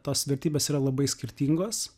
tos vertybės yra labai skirtingos